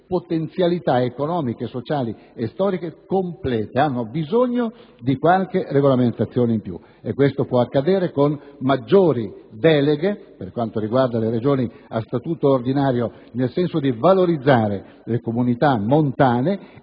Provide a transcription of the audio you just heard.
potenzialità economiche, sociali e storiche complete. Esse hanno bisogno di qualche regolamentazione in più. Ciò può accadere con maggiori deleghe per quanto riguarda le Regioni a Statuto ordinario, nel senso di valorizzare le comunità montane, e